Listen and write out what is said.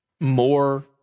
more